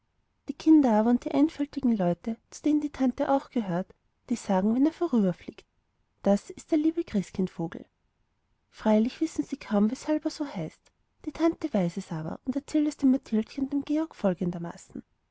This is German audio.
die kinder aber und die einfältigen leute zu denen die tante auch gehört die sagen wenn er vorüberfliegt das ist der liebe christkindvogel freilich wissen sie kaum weshalb er so heißt die tante weiß es aber und erzählt es dem mathildchen und dem georg folgendermaßen